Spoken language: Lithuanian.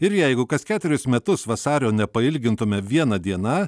ir jeigu kas ketverius metus vasario nepailgintume viena diena